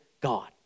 God